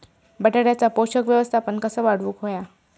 बटाट्याचा पोषक व्यवस्थापन कसा वाढवुक होया?